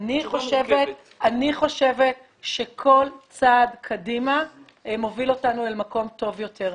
אני חושבת שכל צעד קדימה מוביל אותנו אל מקום טוב יותר.